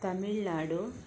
Tamil Nadu